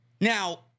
Now